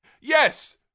yes